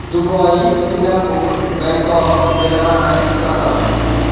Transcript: Dubai Singapore Bangkok Melbourne Qatar